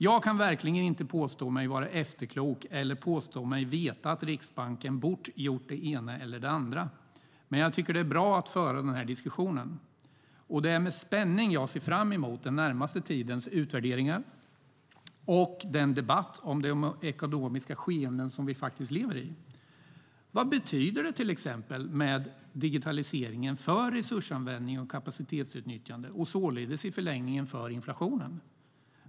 Jag kan verkligen inte påstå mig vara efterklok eller påstå mig veta att Riksbanken borde ha gjort det ena eller det andra, men jag tycker att det är bra att föra den här diskussionen. Och det är med spänning jag ser fram emot den närmaste tidens utvärderingar och debatt om de ekonomiska skeenden vi lever med. Vad betyder till exempel digitaliseringen för resursanvändning och kapacitetsutnyttjande och således i förlängningen för inflationen?